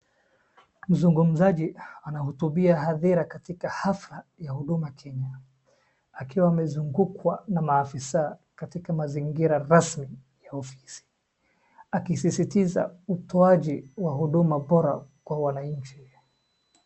Mzungumzaji anahutubia hadhira katika hafla ya Huduma Kenya. Akiwa amezungukwa na maafisa katika mazingira rasmi ya ofisi, akisisitiza utoaji wa huduma bora kwa wananchi.